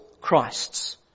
Christ's